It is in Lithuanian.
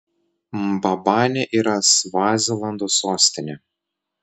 mbabanė yra svazilando sostinė